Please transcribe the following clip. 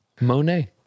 Monet